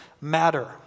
matter